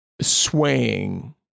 swaying